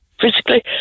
physically